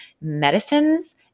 medicines